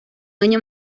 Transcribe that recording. año